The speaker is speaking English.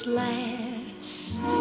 last